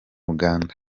uganda